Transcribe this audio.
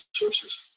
resources